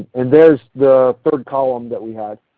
and there is the third column that we had.